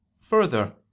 Further